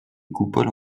coupoles